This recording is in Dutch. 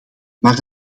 maar